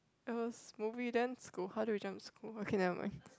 I was movie then school how do we jump to school okay never mind